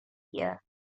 here